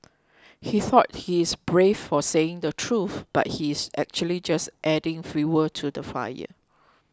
he thought he's brave for saying the truth but he's actually just adding fuel to the fire